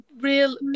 real